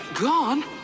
gone